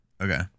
Okay